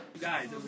Guys